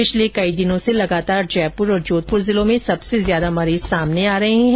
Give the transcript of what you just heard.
पिछले कई दिनों से लगातार जयपुर और जोधपुर जिलों में सबसे ज्यादा मरीज सामने आ रहे हैं